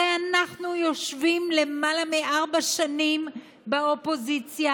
הרי אנחנו יושבים למעלה מארבע שנים באופוזיציה,